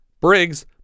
Briggs